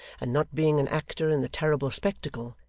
and not being an actor in the terrible spectacle,